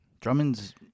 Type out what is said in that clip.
Drummond's